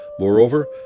Moreover